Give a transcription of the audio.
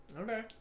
Okay